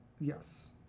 Yes